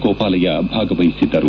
ಗೋಪಾಲಯ್ಲ ಭಾಗವಹಿಸಿದ್ದರು